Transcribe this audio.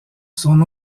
son